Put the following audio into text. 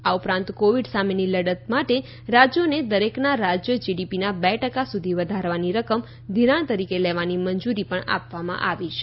આ ઉપરાંત કોવિડ સામેની લડત માટે રાજ્યોને દરેકના રાજ્ય જીડીપીના બે ટકા સુધી વધારાની રકમ ધિરાણ તરીકે લેવાની મંજુરી પણ આપવામાં આવી છે